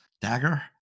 Dagger